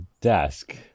desk